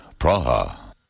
Praha